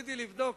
רציתי לבדוק